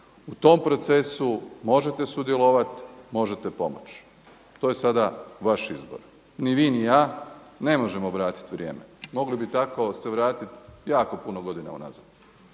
U tom procesu možete sudjelovati, možete pomoći. To je sada vaš izbor. Ni vi ni ja ne možemo vratit vrijeme. Mogli bi tako se vratit jako puno godina unazad.